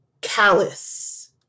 callous